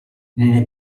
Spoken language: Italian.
nelle